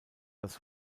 das